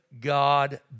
God